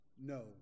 no